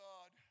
God